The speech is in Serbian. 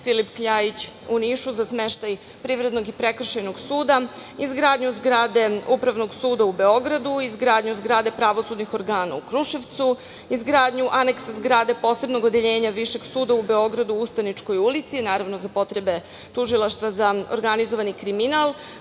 „Filip Kljajić“ u Nišu, za smeštaj Privrednog i Prekršajnog suda, izgradnju zgrade Upravnog suda u Beogradu, izgradnju zgrade pravosudnih organa u Kruševcu, izgradnju aneks zgrade, posebnog odeljenja Višeg suda u Beogradu, u Ustaničkoj ulici, naravno za potrebe Tužilaštva za organizovani kriminal,